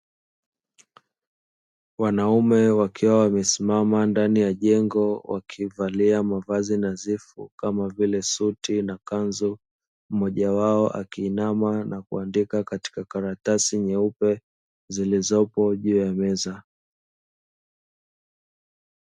Wanaume wakiwa wamesimama ndani ya jengo wakiwa wamevalia mavazi nadhifu kama vile suti na kanzu, mmoja wao akiinama na kuandika katika karatasi nyeupe zilizopo juu ya meza.